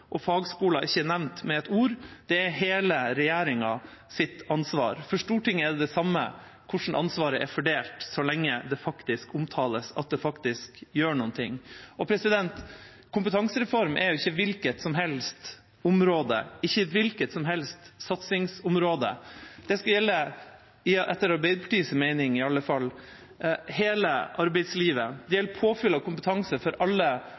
og fagskoler ikke er nevnt med ett ord, er hele regjeringas ansvar. For Stortinget er det det samme hvordan ansvaret er fordelt så lenge det faktisk omtales, at det faktisk gjøres noe. Kompetansereform er ikke et hvilket som helst område, ikke et hvilket som helst satsingsområde. Den skal gjelde, etter Arbeiderpartiets mening i alle fall, for hele arbeidslivet. Det gjelder påfyll av kompetanse for alle